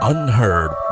Unheard